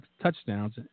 touchdowns